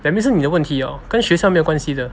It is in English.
that means 是你的问题 lor 跟学校没有关系的